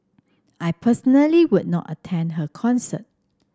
I personally would not attend her concert